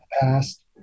past